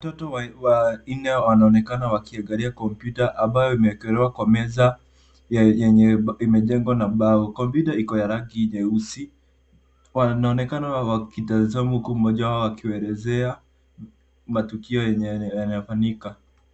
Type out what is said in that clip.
Watoto wanne wanaonekana wakiangalia kompyuta ambayo imeekelewa kwa meza yenye imejengwa na mbao. Kompyuta iko na rangi nyeusi. Wanaonekana wakitazama huku mmoja wao akiwaelezea matukio yanayofanyika.